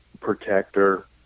protector